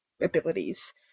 abilities